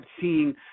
seeing